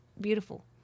beautiful